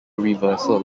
reversal